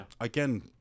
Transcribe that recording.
Again